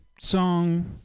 song